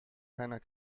keiner